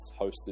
hosted